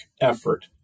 effort